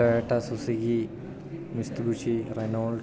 Toyota Suzuki Mitsubishi Renault